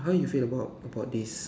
how you feel about about this